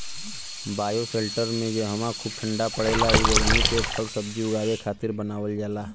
bioshelter में जहवा खूब ठण्डा पड़ेला उ जगही पे फलसब्जी उगावे खातिर बनावल जाला